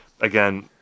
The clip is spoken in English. again